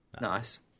Nice